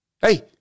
hey